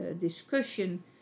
discussion